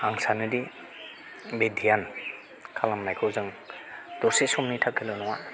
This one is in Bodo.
आं सानो दि बे ध्यान खालामनायखौ जों दसे समनि थाखायल' नङा